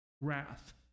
wrath